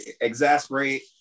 exasperate